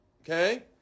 Okay